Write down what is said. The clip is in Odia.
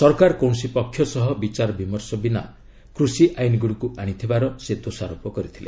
ସରକାର କୌଣସି ପକ୍ଷ ସହ ବିଚାରବିମର୍ଶ ବିନା କୃଷି ଆଇନଗୁଡ଼ିକୁ ଆଶିଥିବାର ସେ ଦୋଷାରୋପ କରିଥିଲେ